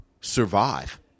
survive